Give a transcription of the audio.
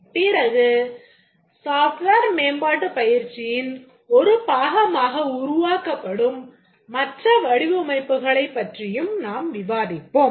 பிறகு software மேம்பாடுப் பயிற்சியின் ஒரு பாகமாக உருவாகப்படும் மற்ற வடிவமைப்புகளைப் பற்றியும் நாம் விவாதிப்போம்